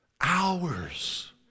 Hours